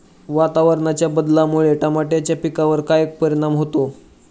वातावरणाच्या बदलामुळे टमाट्याच्या पिकावर काय परिणाम होतो?